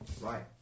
Right